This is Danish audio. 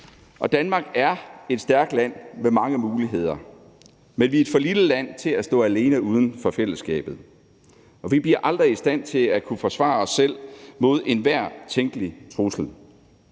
Danmark er et stærkt land med mange muligheder, men vi er et for lille land til at stå alene uden for fællesskabet, og vi bliver aldrig i stand til at kunne forsvare os selv mod enhver tænkelig trussel.